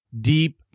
deep